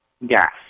Yes